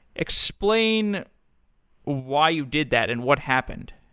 explain why you did that and what happened.